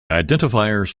identifiers